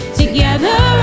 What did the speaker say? together